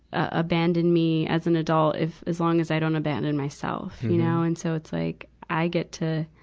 ah abandon me as an adult if, as long as i don't abandon myself, you know. and so, it's like i get to,